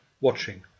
watching